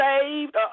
saved